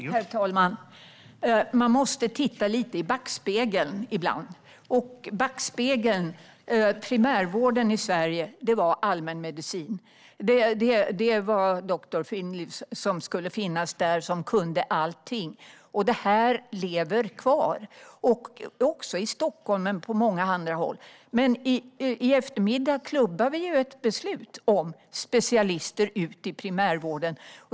Herr talman! Man måste ibland titta i backspegeln. Backspegeln för primärvården i Sverige var allmän medicin. Doktorn skulle kunna allting. Detta lever kvar i Stockholm och på många andra håll. I eftermiddag klubbar vi ett beslut om att specialister ska ut i primärvården.